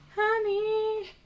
Honey